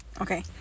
Okay